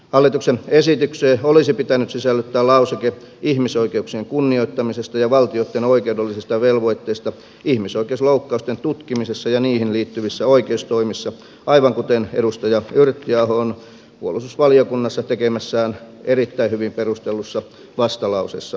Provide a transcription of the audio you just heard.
hallituksen esitykseen olisi pitänyt sisällyttää lauseke ihmisoikeuksien kunnioittamisesta ja valtioitten oikeudellisista velvoitteista ihmisoikeusloukkausten tutkimisessa ja niihin liittyvissä oikeustoimissa aivan kuten edustaja yrttiaho on puolustusvaliokunnassa tekemässään erittäin hyvin perustellussa vastalauseessa esittänyt